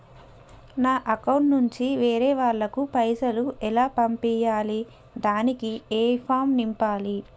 నా అకౌంట్ నుంచి వేరే వాళ్ళకు పైసలు ఎలా పంపియ్యాలి దానికి ఏ ఫామ్ నింపాలి?